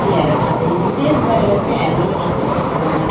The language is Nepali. चियाहरू खाँदै विशेष गरेर चाहिँ हामी